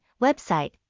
Website